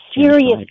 serious